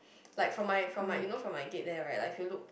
like from my from my you know from my gate there right like if you look